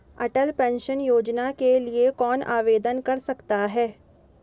अटल pension योजना के लिए कौन आवेदन कर सकता है?